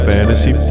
Fantasy